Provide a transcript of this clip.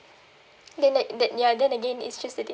then like that ya then again it's just the data